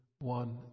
one